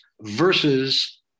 versus